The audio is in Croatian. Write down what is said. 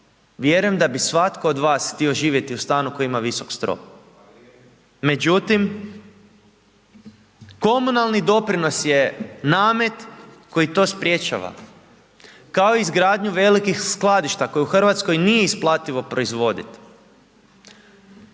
Vjerujem da bi svatko od vas htio živjeti u stanu koji ima visok strop. Međutim, komunalni doprinos je namet koji to sprječava, kao izgradnju velikih skladišta, koje u Hrvatskoj nije isplativo proizvoditi.